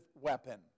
weapon